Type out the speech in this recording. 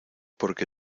porque